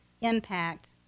impact